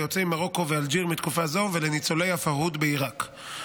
ליוצאי מרוקו ואלג'יר מתקופה זו ולניצולי הפרהוד בעיראק.